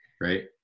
right